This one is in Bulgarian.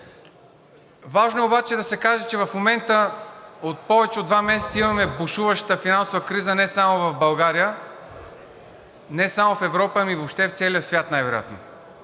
Важно обаче е да се каже, че в момента от повече от два месеца имаме бушуваща финансова криза не само в България, не само в Европа, а въобще в целия свят най-вероятно.